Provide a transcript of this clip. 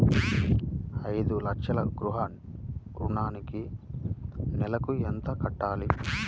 ఐదు లక్షల గృహ ఋణానికి నెలకి ఎంత కట్టాలి?